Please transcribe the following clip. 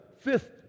fifth